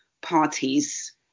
parties